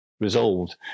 resolved